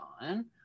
on